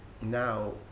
now